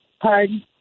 pardon